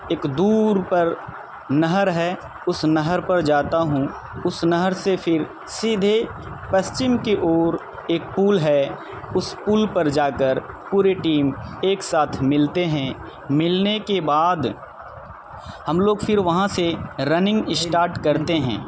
ایک دور پر نہر ہے اس نہر پر جاتا ہوں اس نہر سے پھر سیدھے پشچم کے اور ایک پل ہے اس پل پر جا کر پوری ٹیم ایک ساتھ ملتے ہیں ملنے کے بعد ہم لوگ پھر وہاں سے رننگ اشٹارٹ کرتے ہیں